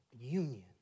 Union